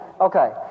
Okay